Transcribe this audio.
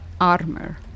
armor